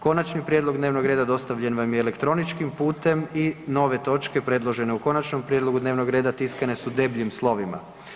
Konačni prijedlog dnevnog reda dostavljen vam je elektroničkim putem i nove točke predložene u konačnom prijedlogu dnevnog reda tiskane su debljim slovima.